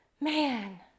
man